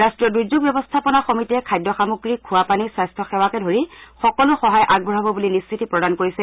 ৰাট্টীয় দুৰ্যোগ ব্যৱস্থাপনা সমিতিয়ে খাদ্য সামগ্ৰী খোৱা পানী স্বাস্থ্যসেৱাকে ধৰি সকলো সহায় আগবঢ়াব বুলি নিশ্চিতি প্ৰদান কৰিছে